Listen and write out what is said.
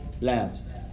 laughs